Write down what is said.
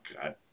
God